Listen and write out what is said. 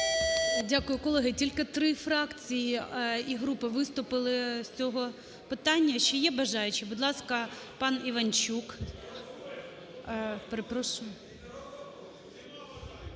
Дякую. Колеги, тільки три фракції і групи виступили з цього питання. Ще є бажаючі? Будь ласка, пан Іванчук.